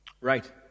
Right